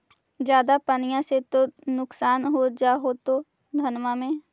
ज्यादा पनिया से तो नुक्सान हो जा होतो धनमा में?